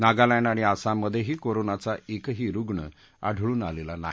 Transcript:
नागालँड आणि आसाममध्येही कोरोनाचा एकही रुग्ण आढळून आलेला नाही